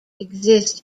exist